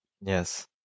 Yes